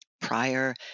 prior